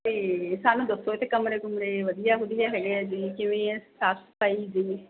ਅਤੇ ਸਾਨੂੰ ਦੱਸੋ ਇੱਥੇ ਕਮਰੇ ਕੁਮਰੇ ਵਧੀਆ ਵਧੀਆ ਹੈਗੇ ਆ ਜੀ ਕਿਵੇਂ ਆ ਸਾਫ਼ ਸਫ਼ਾਈ ਦੀ